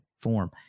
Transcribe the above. form